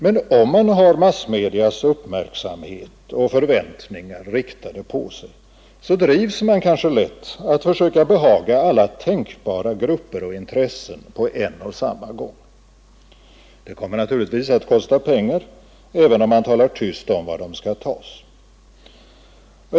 Men om man har massmedias uppmärksamhet och förväntningar riktade på sig, drivs man kanske lätt att försöka behaga alla tänkbara grupper och intressen på en och samma gång. Det kommer naturligtvis att kosta pengar, även om man talar tyst om var de skall tas.